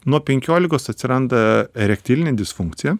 nuo penkiolikos atsiranda erektilinė disfunkcija